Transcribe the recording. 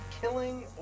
killing